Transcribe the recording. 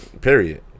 period